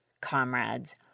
Comrades